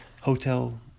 hotel